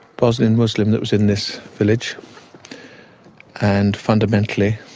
bosnian muslim that was in this village and fundamentally